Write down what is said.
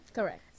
Correct